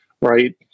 right